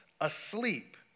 asleep